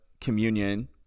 communion